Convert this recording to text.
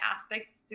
aspects